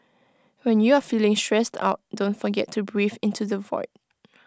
when you are feeling stressed out don't forget to breathe into the void